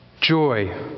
Joy